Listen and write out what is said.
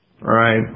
right